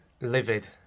livid